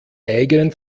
eigenen